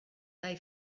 they